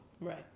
Right